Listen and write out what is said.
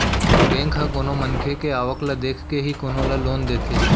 bank ह कोनो मनखे के आवक देखके ही कोनो ल लोन देथे